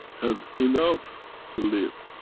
has enough to live.